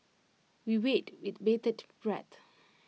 we wait with bated breath